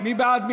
מי בעד?